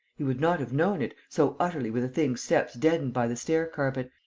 he would not have known it, so utterly were the thing's steps deadened by the stair-carpet,